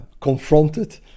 confronted